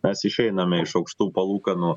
mes išeiname iš aukštų palūkanų